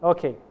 Okay